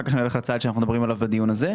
אחר כך נמשיך לצעד שאנחנו מדברים עליו בדיון הזה.